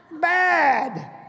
Bad